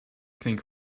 think